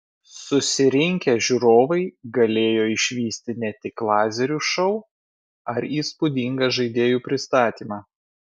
susirinkę žiūrovai galėjo išvysti ne tik lazerių šou ar įspūdingą žaidėjų pristatymą